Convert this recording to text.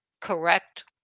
correct